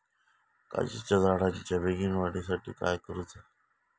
काजीच्या झाडाच्या बेगीन वाढी साठी काय करूचा?